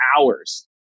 hours